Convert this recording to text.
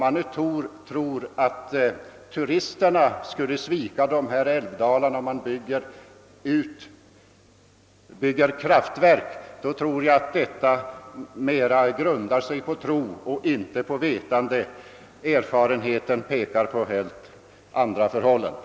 Att turisterna skulle svika dessa älvdalar då man bygger kraftverk grundar sig mera på tro än på vetande. Erfarenheten pekar på helt andra förhållanden.